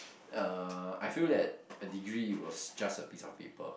uh I feel that a degree was just a piece of paper